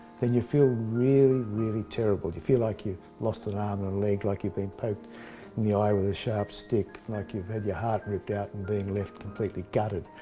then you feel really, really terrible. you feel like you've lost an arm and a leg, like you've been poked in the eye with a sharp stick. like you've had your heart ripped out and been left completely guttered.